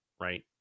right